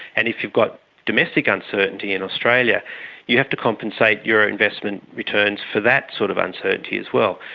and if you've got domestic uncertainty in australia you have to compensate your investment returns for that sort of uncertainty as well,